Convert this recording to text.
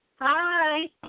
hi